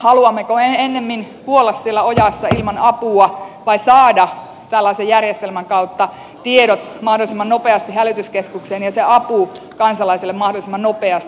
haluammeko ennemmin kuolla siellä ojassa ilman apua vai saada tällaisen järjestelmän kautta tiedot mahdollisimman nopeasti hälytyskeskukseen ja avun kansalaiselle mahdollisimman nopeasti